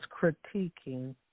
critiquing